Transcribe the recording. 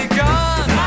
gone